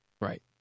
Right